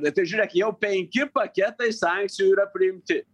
tai žiūrėk jau penki paketai sankcijų yra priimti